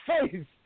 face